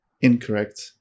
incorrect